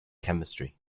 chemistry